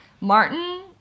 Martin